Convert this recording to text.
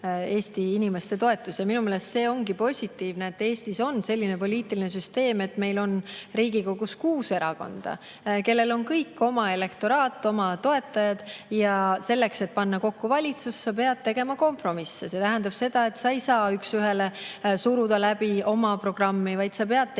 Eesti inimeste toetus. Minu meelest ongi positiivne, et Eestis on selline poliitiline süsteem: Riigikogus on kuus erakonda ja kõigil on oma elektoraat, oma toetajad. Selleks, et panna kokku valitsus, pead tegema kompromisse. See tähendab seda, et sa ei saa üks ühele suruda läbi oma programmi, vaid sa pead teistega